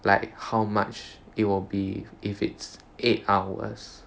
like how much it will be if it's eight hours